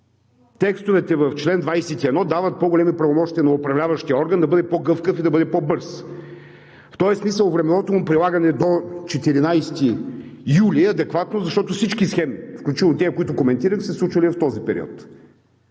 Текстовете в чл. 21 дават по-големи правомощия на управляващия орган да бъде по-гъвкав и по-бърз. В този смисъл времевото му прилагане до 14 юли е адекватно, защото всички схеми, включително тези, които коментирам, са се случвали в този период.